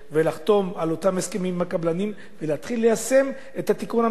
על אותם הסכמים עם הקבלנים ולהתחיל ליישם את התיקון המבורך הזה.